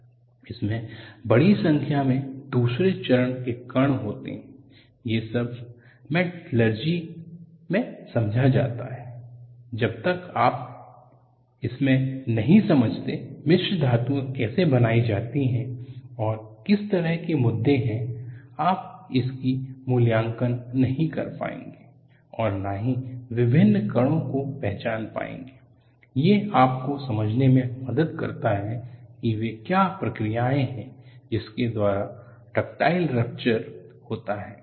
उनमें बड़ी संख्या में दूसरे चरण के कण होते हैं ये सब मैटलर्जी मे समझा जाता है जब तक आप इसमें नहीं समझते मिश्रधातु कैसे बनाई जाती है और किस तरह के मुद्दे हैं आप इसकी मूल्यांकन नहीं कर पाएंगे और न ही विभिन्न कणों को पहचान पाएंगे ये आपको समझने में मदद करता है कि वे क्या प्रक्रियाएं हैं जिसके द्वारा डक्टाईल रप्चर होता है